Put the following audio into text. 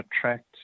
attract